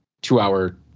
two-hour